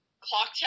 clock